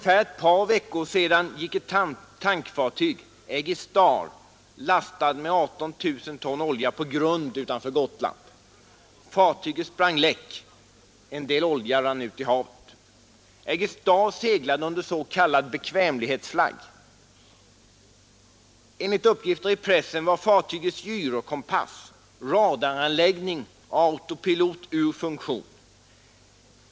För ett par veckor sedan gick ett tankfartyg, Aegis Star, lastat med 18 000 ton olja på grund utanför Gotland. Fartyget sprang läck. En del olja rann ut i havet. Aegis Star seglade under s.k. bekvämlighetsflagg. Enligt uppgifter i pressen var fartygets gyrokompass, radaranläggning och autopilot ur funktion.